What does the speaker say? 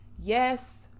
yes